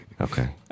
Okay